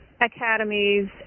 academies